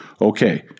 okay